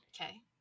Okay